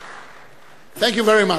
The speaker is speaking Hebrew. כפיים) Thank you very much.